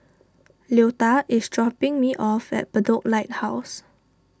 Leota is dropping me off at Bedok Lighthouse